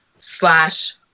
slash